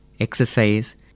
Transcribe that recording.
exercise